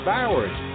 Bowers